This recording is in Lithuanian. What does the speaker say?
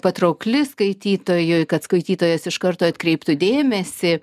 patraukli skaitytojui kad skaitytojas iš karto atkreiptų dėmesį